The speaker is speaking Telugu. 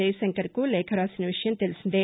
జయశంకర్కు లేఖ వాసిన విషయం తెలిసిందే